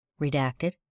Redacted